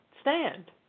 stand